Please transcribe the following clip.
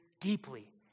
deeply